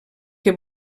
que